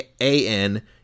A-N